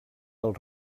del